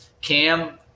Cam